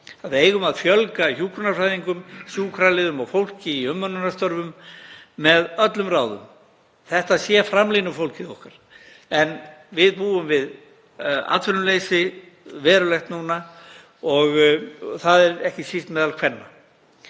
við eigum að fjölga hjúkrunarfræðingum, sjúkraliðum og fólki í umönnunarstörfum með öllum ráðum, þetta sé framlínufólkið okkar. Við búum við verulegt atvinnuleysi núna og það er ekki síst meðal kvenna.